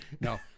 No